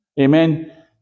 Amen